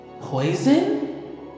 Poison